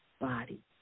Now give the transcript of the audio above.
body